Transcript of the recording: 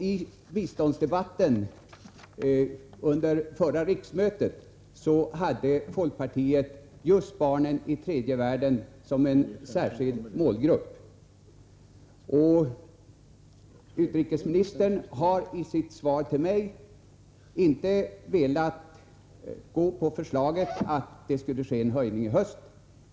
I biståndsdebatten under förra riksmötet hade folkpartiet just barnen i tredje världen som en särskild målgrupp. Utrikesministern har i sitt svar till mig inte velat tillstyrka förslaget att det skulle ske en höjning i höst.